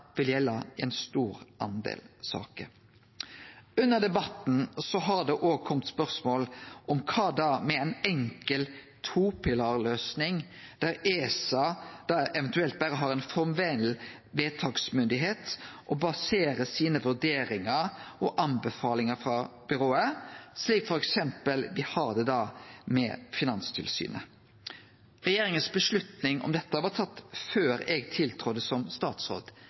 vil gjelde i mange saker. Under debatten har det òg kome spørsmål om ei enkel topilarløysing der ESA eventuelt berre har ei formell vedtaksmyndigheit og baserer sine vurderingar og anbefalingar frå byrået, slik me f.eks. har det med Finanstilsynet. Regjeringas avgjerd om dette var tatt før eg tiltredde som statsråd,